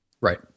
Right